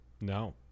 No